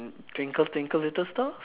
twinkle twinkle little stars